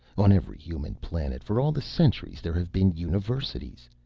on every human planet, for all the centuries there have been universities.